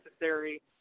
necessary